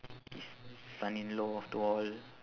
his son-in-law after all